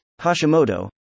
Hashimoto